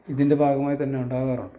ഇതിൻ്റെ ഭാഗമായി തന്നെ ഉണ്ടാകാറുണ്ട്